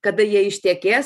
kada jie ištekės